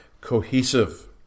cohesive